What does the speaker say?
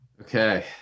Okay